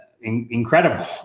incredible